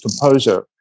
composer